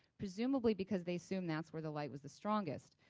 presumably because they assume that's where the light was the strongest.